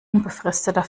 unbefristeter